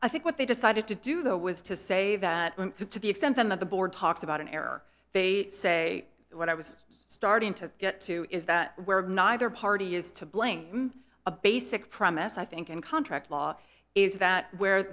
i think what they decided to do though was to say that has to be exempt and that the board talks about an error they say what i was starting to get to is that where neither party is to blame a basic premise i think in contract law is that where